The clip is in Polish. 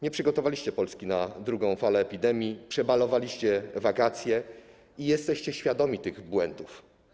Nie przygotowaliście Polski na drugą falę epidemii, przebalowaliście wakacje i jesteście świadomi tych błędów.